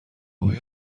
باید